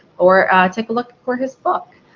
or take a look for his book.